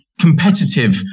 competitive